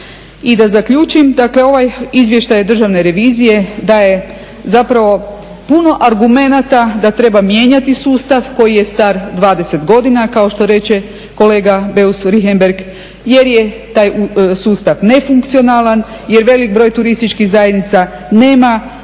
I da zaključim, dakle ovaj izvještaj državne revizije daje zapravo puno argumenata da treba mijenjati sustav koji je star 20 godina, kao što reče kolega Beus Richembergh jer je taj sustav nefunkcionalan, jer velik broj turističkih zajednica nema